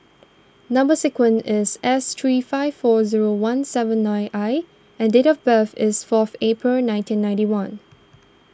Number Sequence is S three five four zero one seven nine I and date of birth is fourth April nineteen ninety one